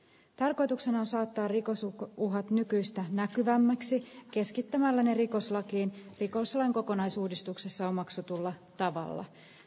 tarkoituksena on saattaa rikosuko kuhat nykyistä näkyvämmäksi keskittämällä rikoslakiin rikoslain kokonaisuudistuksessa omaksutulla tavalla